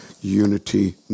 Unity